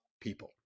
people